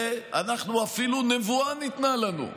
ואפילו נבואה ניתנה לנו,